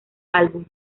álbum